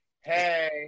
hey